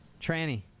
Tranny